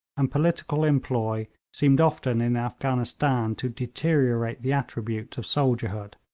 and political employ seemed often in afghanistan to deteriorate the attribute of soldierhood